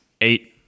eight